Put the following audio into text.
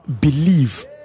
believe